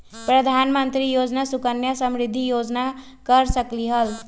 प्रधानमंत्री योजना सुकन्या समृद्धि योजना कर सकलीहल?